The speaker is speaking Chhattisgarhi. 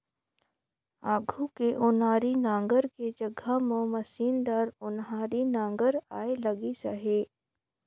आघु के ओनारी नांगर के जघा म मसीनदार ओन्हारी नागर आए लगिस अहे